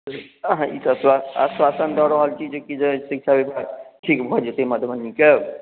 अहाँ ई तऽ आश्वा आश्वासन दऽ रहल छी जे कि जे शिक्षा विभाग ठीक भऽ जेतै मधुबनीके